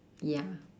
ya